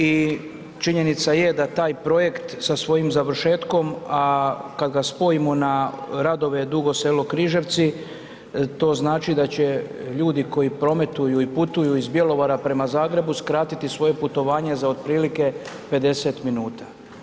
I činjenica je da taj projekt sa svojim završetkom a kada ga spojimo na radove Dugo Selo – Križevci, to znači da će ljudi koji prometuju i putuju iz Bjelovara prema Zagrebu skratiti svoje putovanje za otprilike 50 minuta.